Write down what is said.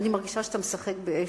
אני מרגישה שאתה משחק באש.